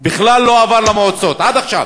בכלל לא עבר למועצות עד עכשיו,